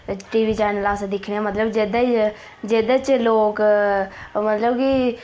TV channel अस दिक्खने आं मतलब जेह्दे जेह्दे च लोक मतलब की